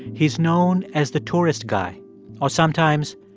he's known as the tourist guy or, sometimes,